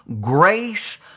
grace